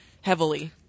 Heavily